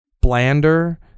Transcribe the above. blander